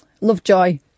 Lovejoy